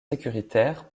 sécuritaire